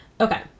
Okay